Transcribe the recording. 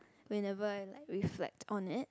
whenever I like reflect on it